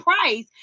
price